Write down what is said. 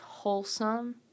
wholesome